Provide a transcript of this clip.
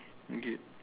okay